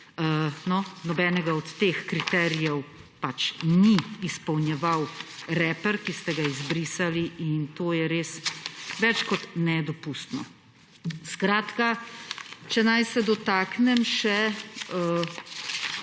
Nobenega od teh kriterijev ni izpolnjeval reper, ki ste ga izbrisali, in to je res več kot nedopustno. Pustila si bom še